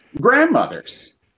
grandmothers